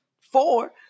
four